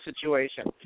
situation